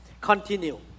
Continue